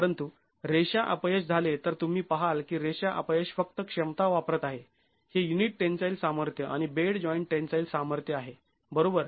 परंतु रेषा अपयश झाले तर तुम्ही पहाल की रेषा अपयश फक्त क्षमता वापरत आहे हे युनिट टेन्साईल सामर्थ्य आणि बेड जॉईंट टेन्साईल सामर्थ्य आहे बरोबर